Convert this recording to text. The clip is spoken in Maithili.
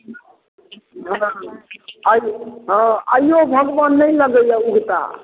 हँ आइ हँ आइयो भगवान नहि लगैए उगता